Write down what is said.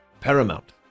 paramount